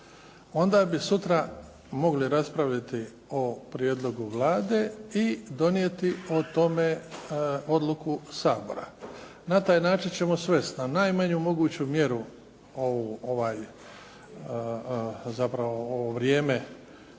onda bi sutra mogli raspraviti o prijedlogu Vlade i donijeti o tome odluku Sabora. Na taj način ćemo svest na najmanju moguću mjeru ovo vrijeme